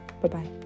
Bye-bye